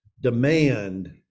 demand